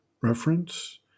Reference